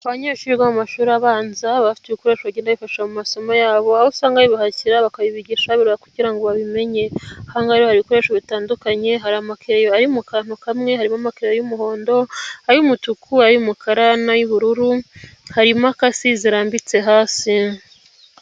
Abanyeshuri biga mu mashuri abanza bafite ibikoresho bagenda bifasha mu masomo yabo, aho usanga babihashyira bakabibigisha kugira ngo babimenye, aho hari ibikoresho bitandukanye, hari amakereyo ari mu kantu kamwe, harimo amakereyo y'umuhondo, ay'umutuku, ay'umukara, n'ay'ubururu, hari imakasi zirambitse hasi.